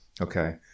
okay